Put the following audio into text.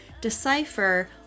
decipher